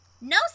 No